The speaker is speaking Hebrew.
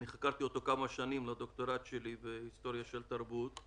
אני חקרתי אותו כמה שנים לדוקטורט שלי בהיסטוריה של תרבות.